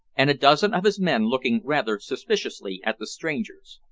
and a dozen of his men looking rather suspiciously at the strangers.